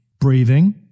breathing